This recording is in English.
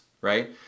right